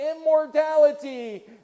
immortality